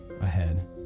ahead